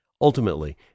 Ultimately